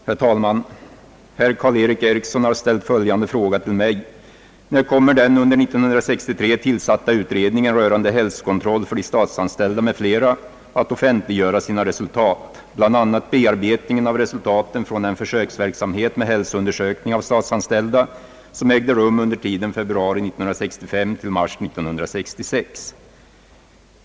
Herr talman! Herr Karl-Erik Eriksson har ställt följande fråga till mig: När kommer den år 1963 tillsatta utredningen rörande hälsokontroll för de statsanställda m.fl. att offentliggöra sina resultat, bl.a. bearbetningen av resultaten från den försöksverksamhet med hälsoundersökning av statsanställda, som ägde rum under tiden februari 1965 till mars 1966?